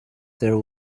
there